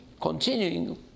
continuing